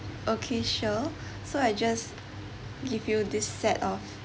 okay sure so I just give you this set of